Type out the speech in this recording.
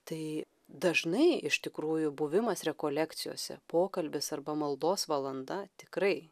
tai dažnai iš tikrųjų buvimas rekolekcijose pokalbis arba maldos valanda tikrai